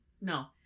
No